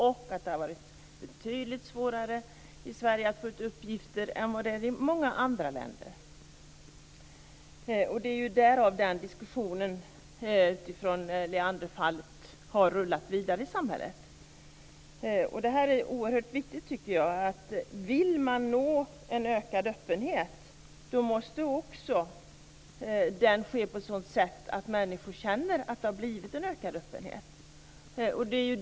Det har också varit betydligt svårare att få ut uppgifter i Sverige än i många andra länder. Det är ju därför den här diskussionen utifrån Leanderfallet har rullat vidare i samhället. Det här är oerhört viktigt: Vill man nå en ökad öppenhet måste det ske på ett sådant sätt att människor känner att det har blivit en ökad öppenhet.